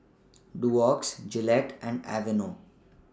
Doux Gillette and Aveeno